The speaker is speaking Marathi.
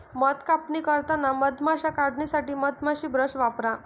मध कापणी करताना मधमाश्या काढण्यासाठी मधमाशी ब्रश वापरा